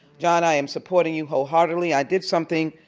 john, i um support and you wholeheartedly. i did something